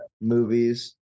movies